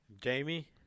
Jamie